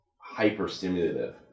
hyper-stimulative